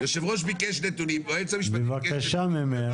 יושב ראש ביקש נתונים, היועץ המשפטים מביא נתונים.